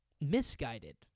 misguided